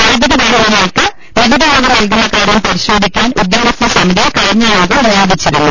വൈദ്യുതി വാഹനങ്ങൾക്ക് നികുതിയിളവ് നൽകുന്ന കാര്യം പരിശോധിക്കാൻ ഉദ്യോ ഗസ്ഥസമിതിയെ കഴിഞ്ഞ യോഗം നിയോഗിച്ചിരുന്നു